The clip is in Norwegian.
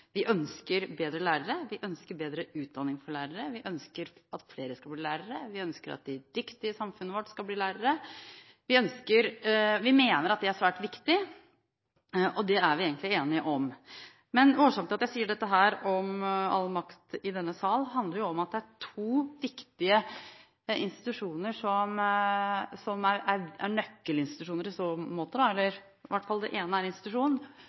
vi ønsker bedre lærere, vi ønsker bedre utdanning for lærere, vi ønsker at flere skal bli lærere, vi ønsker at de dyktige i samfunnet vårt skal bli lærere. Vi mener at det er svært viktig, og det er vi egentlig enige om. Årsaken til at jeg sier dette om «All makt i denne sal», handler om at det er to viktige institusjoner som er nøkkelinstitusjoner i så måte – i hvert fall den ene er